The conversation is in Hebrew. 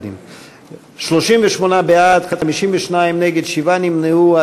38 בעד, 52 נגד, שבעה נמנעו.